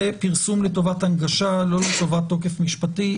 זה פרסום לטובת הנגשה, לא לטובת תוקף משפטי.